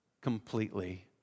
completely